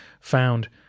found